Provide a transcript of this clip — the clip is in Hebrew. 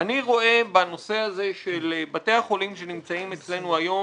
אני רואה בנושא הזה של בתי החולים שנמצאים אצלנו היום